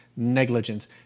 negligence